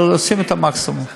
אבל עושים את המקסימום.